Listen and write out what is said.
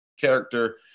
character